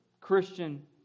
Christian